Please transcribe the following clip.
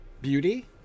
beauty